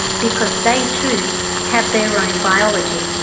because they too have their own biology.